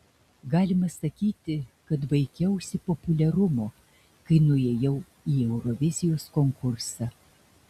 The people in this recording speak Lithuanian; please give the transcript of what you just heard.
galima sakyti kad vaikiausi populiarumo kai nuėjau į eurovizijos konkursą